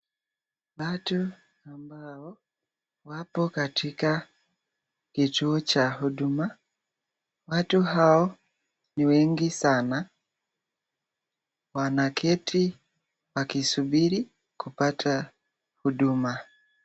Watu ambao wapo katika kituo cha huduma. Watu hao ni wengi sana, wanaketi wakisubiri kupata huduma.